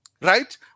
right